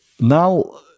now